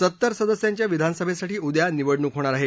सत्तर सदस्यांच्या विधानसभेसाठी उद्या निवडणूक होणार आहे